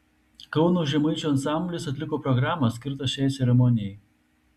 kauno žemaičių ansamblis atliko programą skirtą šiai ceremonijai